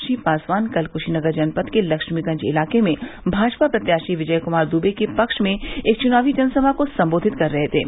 श्री पासवान कल कुशीनगर जनपद के लक्ष्मीगंज इलाके में भाजपा प्रत्याशी विजय कुमार दुबे के पक्ष में एक चुनावी जनसभा को संबोधित कर रहे थे